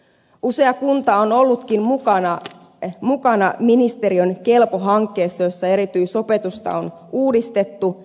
usea kunta on ollutkin mukana ministeriön kelpo hankkeessa jossa erityisopetusta on uudistettu